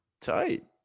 tight